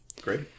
Great